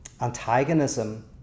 antagonism